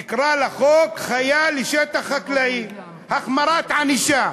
נקרא לחוק: חיה בשטח חקלאי, החמרת ענישה.